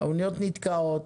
האוניות נתקעות,